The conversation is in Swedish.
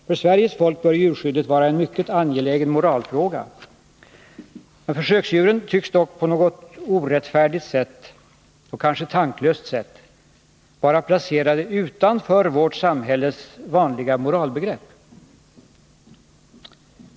För Sveriges folk bör djurskyddet vara en mycket angelägen moralfråga. Försöksdjuren tycks dock på något orättfärdigt och kanske tanklöst sätt vara placerade utanför vårt samhälles vanliga moralbegrepp.